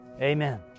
Amen